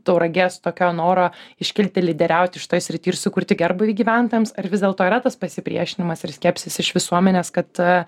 tauragės tokio noro iškilti lyderiauti šitoj srity ir sukurti gerbūvį gyventojams ar vis dėlto yra tas pasipriešinimas ir skepsis iš visuomenės kad a